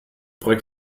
projekt